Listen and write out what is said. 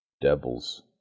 Devils